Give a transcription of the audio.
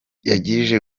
yaje